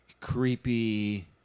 creepy